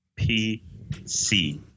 PC